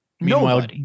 Meanwhile